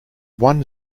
one